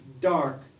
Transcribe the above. dark